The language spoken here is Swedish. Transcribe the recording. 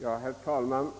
Herr talman!